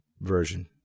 version